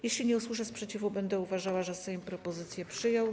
Jeżeli nie usłyszę sprzeciwu, będę uważała, że Sejm propozycje przyjął.